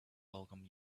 welcome